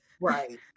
Right